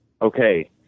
Okay